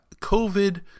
COVID